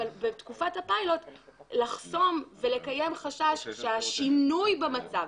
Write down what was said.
אבל בתקופת הפיילוט לחסום ולקיים חשש שהשינוי במצב,